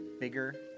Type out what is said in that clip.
bigger